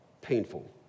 Painful